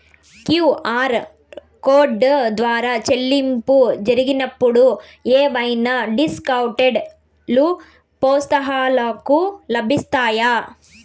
QR code ద్వారా చెల్లింపులు జరిగినప్పుడు ఏవైనా డిస్కౌంట్ లు, ప్రోత్సాహకాలు లభిస్తాయా?